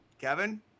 Kevin